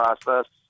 process